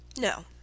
No